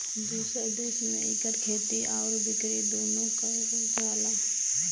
दुसर देस में इकर खेती आउर बिकरी दुन्नो कइल जाला